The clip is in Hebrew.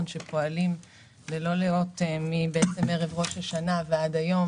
שפועלים ללא לאות מערב ראש השנה עד היום,